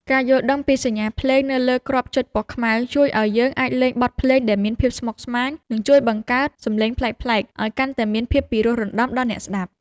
ការយល់ដឹងពីសញ្ញាភ្លេងនៅលើគ្រាប់ចុចពណ៌ខ្មៅជួយឱ្យយើងអាចលេងបទភ្លេងដែលមានភាពស្មុគស្មាញ និង ជួយបង្កើតសម្លេងប្លែកៗឱ្យកាន់តែមានភាពពិរោះរណ្ដំដល់អ្នកស្ដាប់។